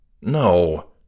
No